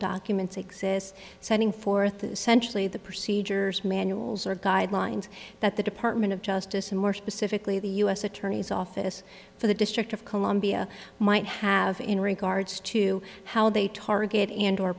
documents exist setting forth essentially the procedures manuals or guidelines that the department of justice and more specifically the u s attorney's office for the district of columbia might have in regards to how they target and or